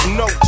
no